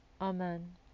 Amen